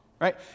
right